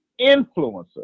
influencer